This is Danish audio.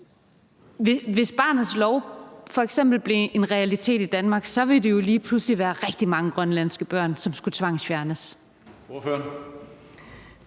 Hvis barnets lov f.eks. blev en realitet i Grønland, ville det jo lige pludselig være rigtig mange grønlandske børn, som skulle tvangsfjernes.